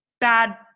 bad